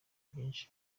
byinshi